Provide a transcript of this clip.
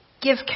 Give